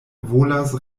volas